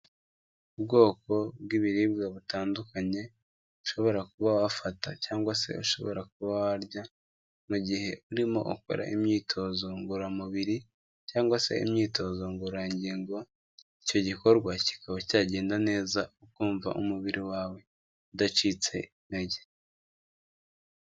Ubwoko bw'ibiribwa butandukanye ushobora kuba wafata cyangwa se ushobora kuba warya mu gihe urimo ukora imyitozo ngororamubiri cyangwa se imyitozo ngororangingo, icyo gikorwa kikaba cyagenda neza ukumva umubiri wawe udacitse intege.